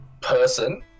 person